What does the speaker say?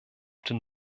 den